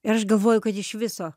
ir aš galvoju kad iš viso